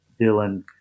Dylan